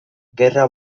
gerra